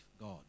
God